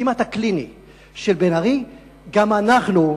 כמעט הקליני של בן-ארי,